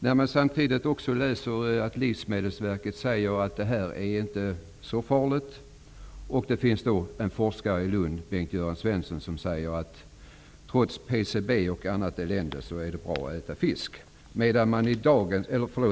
Samtidigt kan man också läsa att enligt Livsmedelsverket är detta inte så farligt. Det finns en forskare i Lund, Bengt-Göran Svensson, som säger att det är bra att äta fisk trots PCB och annat elände.